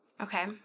Okay